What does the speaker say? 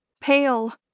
pale